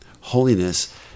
Holiness